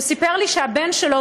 הוא סיפר לי שהבן שלו,